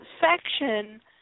section